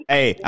Hey